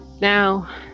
Now